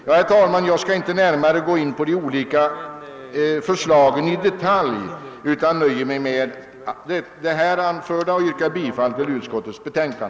Jag skall inte i detalj gå in på de olika förslagen, utan nöjer mig med vad jag nu har anfört. Jag yrkar bifall till utskottets hemställan.